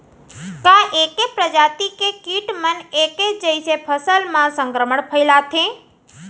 का ऐके प्रजाति के किट मन ऐके जइसे फसल म संक्रमण फइलाथें?